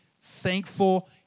thankful